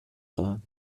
خواهم